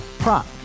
Prop